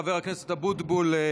חבר הכנסת אבוטבול,